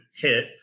hit